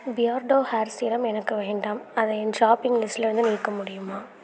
Beardo hair serum எனக்கு வேண்டாம் அதை என் ஷாப்பிங் லிஸ்டிலருந்து நீக்க முடியுமா